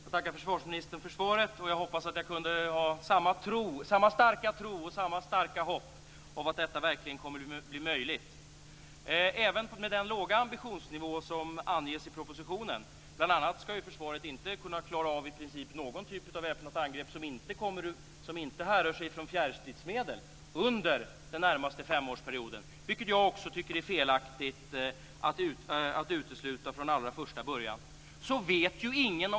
Herr talman! Jag tackar försvarsministern för svaret. Jag önskar att jag kunde ha samma starka tro och samma starka hopp om att detta verkligen kommer att bli möjligt. Även med den låga ambitionsnivå som anges i propositionen vet ju ingen om den här organisationen verkligen kommer att kunna klara av detta. Bl.a. ska ju försvaret inte kunna klara av i princip någon typ av väpnat angrepp som inte härrör sig från fjärrstridsmedel under den närmaste femårsperioden, vilket jag också tycker är felaktigt att utesluta från allra första början.